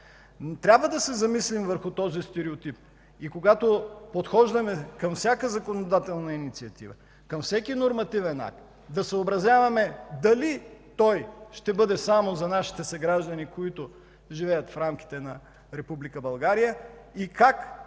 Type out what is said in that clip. Трябва да се замислим върху този стереотип и когато подхождаме към всяка законодателна инициатива, към всеки нормативен акт, да съобразяваме дали той ще бъде само за нашите съграждани, които живеят в рамките на Република България, и как